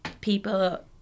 people